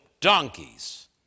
donkeys